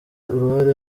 uruhare